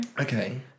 Okay